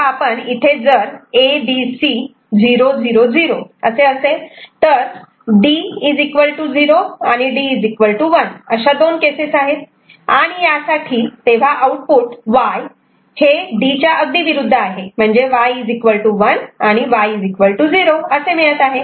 तेव्हा आपण इथे जर A B C 0 0 0 असे असेल तर D 0 आणि D 1 अशा दोन केसेस आहेत आणि यासाठी तेव्हा आउटपुट Y हे D च्या अगदी विरुद्ध आहे म्हणजे Y 1 आणि Y 0 असे मिळते